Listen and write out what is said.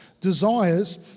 desires